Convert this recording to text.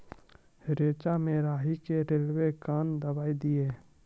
रेचा मे राही के रेलवे कन दवाई दीय?